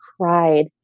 cried